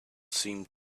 seemed